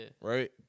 Right